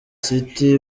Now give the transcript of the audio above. city